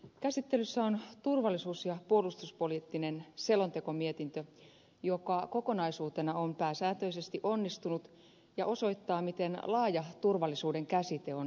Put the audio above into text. käsittelyssä on turvallisuus ja puolustuspoliittinen selontekomietintö joka kokonaisuutena on pääsääntöisesti onnistunut ja osoittaa miten laaja turvallisuuden käsite on tänä päivänä